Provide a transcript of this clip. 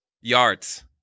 Yards